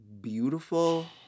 beautiful